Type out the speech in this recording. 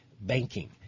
banking